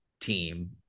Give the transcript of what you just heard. team